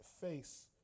face